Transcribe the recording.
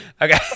Okay